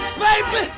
baby